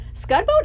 Scudboat